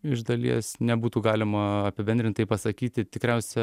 iš dalies nebūtų galima apibendrintai pasakyti tikriausia